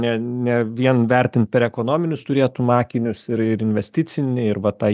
ne ne vien vertint per ekonominius turėtum akinius ir ir investicinį ir va tą